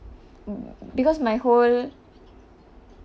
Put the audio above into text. because my whole